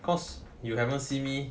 cause you haven't see me